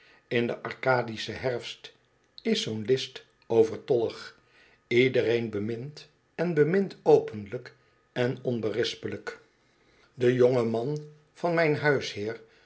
in den arcadischen herfst is zoo'n list overtollig iedereen bemint en bemint openlijk en onberispelijk de arcadisch londen jonge man van mijn huisheer